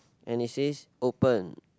and it says open